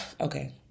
okay